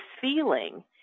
feeling